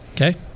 Okay